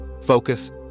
focus